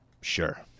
Sure